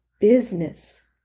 business